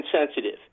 insensitive